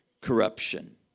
Corruption